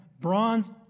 bronze